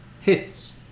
Hits